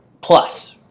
plus